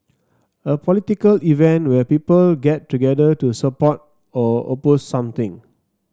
a political event where people get together to support or oppose something